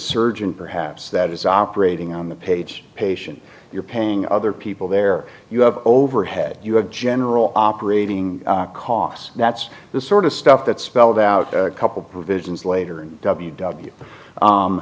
surgeon perhaps that is operating on the page patient you're paying other people there you have overhead you have general operating costs that's the sort of stuff that's spelled out a couple visions later in w w